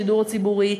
השידור הציבורי,